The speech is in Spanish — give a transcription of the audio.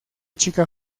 chica